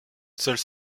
seule